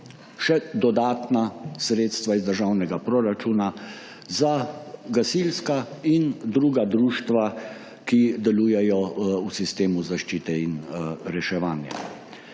še dodatna sredstva iz državnega proračuna za gasilska in druga društva, ki delujejo v sistemu zaščite in reševanja.